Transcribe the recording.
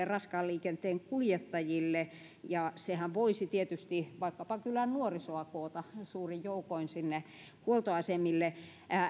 raskaan liikenteen kuljettajille ja sehän voisi tietysti vaikkapa nuorisoa koota suurin joukoin sinne huoltoasemille